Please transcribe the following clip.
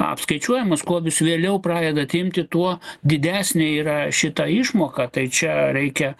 apskaičiuojamas kuo jūs vėliau pradedat imti tuo didesnė yra šita išmoka tai čia reikia